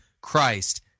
Christ